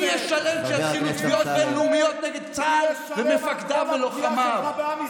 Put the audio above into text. כי אם הוא יממש אפילו חלק מהתוכניות שלו אנחנו כבר לא דמוקרטיה,